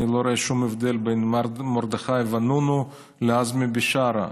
אני לא רואה שום הבדל בין מרדכי ואנונו לעזמי בשארה.